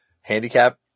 handicap